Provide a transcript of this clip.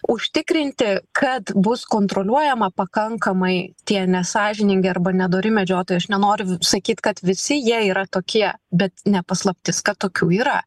užtikrinti kad bus kontroliuojama pakankamai tie nesąžiningi arba nedori medžiotojai aš nenoriu sakyt kad visi jie yra tokie bet ne paslaptis kad tokių yra